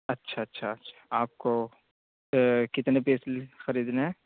اچھا اچھا اچھا آپ کو کتنے پیسلی خریدنے ہیں